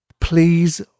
Please